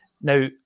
Now